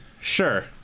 Sure